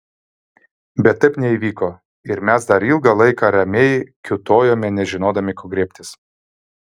bet taip neįvyko ir mes dar ilgą laiką ramiai kiūtojome nežinodami ko griebtis